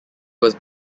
was